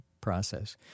process